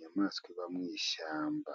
inyamaswa iba mu ishyamba.